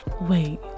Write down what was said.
Wait